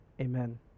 Amen